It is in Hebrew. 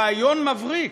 רעיון מבריק,